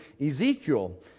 Ezekiel